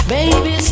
Baby